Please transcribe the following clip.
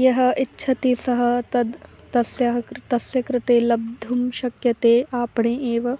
यः इच्छति सः तद् तस्य कृत् तस्य कृते लब्धुं शक्यते आपणे एव